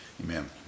Amen